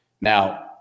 Now